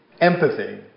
empathy